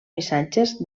missatges